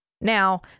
Now